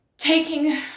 taking